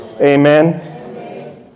Amen